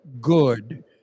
good